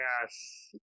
Yes